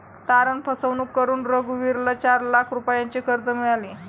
तारण फसवणूक करून रघुवीरला चार लाख रुपयांचे कर्ज मिळाले